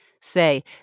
Say